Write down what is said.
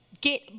get